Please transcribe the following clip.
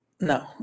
No